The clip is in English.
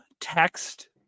text